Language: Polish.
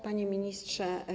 Panie Ministrze!